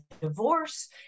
divorce